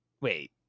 Wait